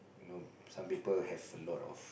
you know some people have a lot of